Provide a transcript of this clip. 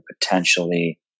potentially